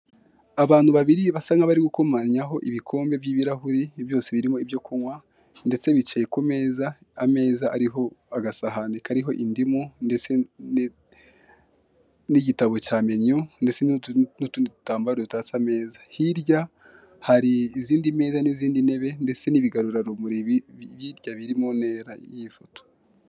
Abantu babiri basa nk'abari gukomanyaho ibikombe by'ibirahuri byose birimo ibyo kunywa ndetse bicaye ku meza ameza ariho agasahani kariho indimu ndetse n'igitabo cya meniyu ndetse n'ututambaro dutatse ameza hirya hari izindi meza n'izindi ntebe ndetse n'ibigarurarumuri hirya biri mu ntera y'iyi foto.